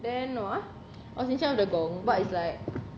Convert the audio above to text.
then what ah I was in charge of the gong but it's like